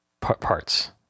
parts